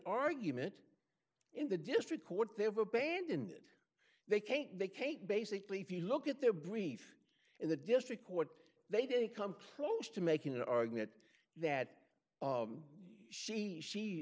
argument in the district court they have abandoned it they can't vacate basically if you look at their brief in the district court they didn't come close to making an argument that she she